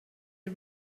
are